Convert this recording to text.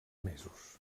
mesos